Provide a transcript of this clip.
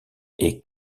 est